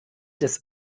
des